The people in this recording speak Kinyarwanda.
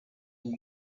uba